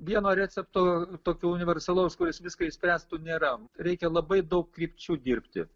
vieno recepto tokio universalaus kuris viską išspręstų nėra reikia labai daug krypčių dirbti